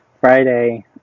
Friday